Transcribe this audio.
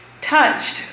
touched